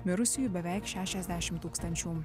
mirusiųjų beveik šešiasdešim tūkstančių